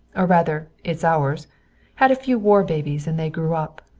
or, rather, it's ours had a few war babies, and they grew up.